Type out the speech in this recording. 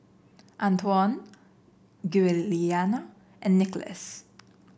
Antwon Giuliana and Nicholas